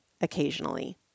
occasionally